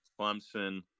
Clemson